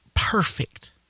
Perfect